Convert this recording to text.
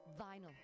Vinyl